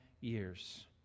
years